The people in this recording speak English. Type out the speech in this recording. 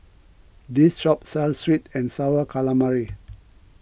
this shop sells Sweet and Sour Calamari